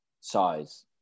size